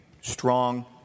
strong